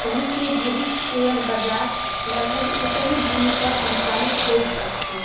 विश्व भरिक शेयर बजार लगभग एकहि ढङ्गसँ सन्चालित होइत अछि